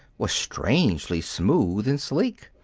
was strangely smooth and sleek.